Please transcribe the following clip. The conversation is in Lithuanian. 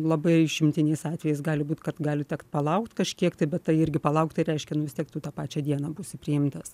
labai išimtiniais atvejais gali būt kad gali tekt palaukt kažkiek tai bet tai irgi palaukt tai reiškia nu vis tiek tu tą pačią dieną būsi priimtas